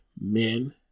men